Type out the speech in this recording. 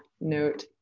note